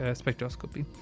spectroscopy